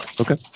Okay